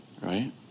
right